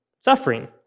suffering